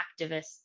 activists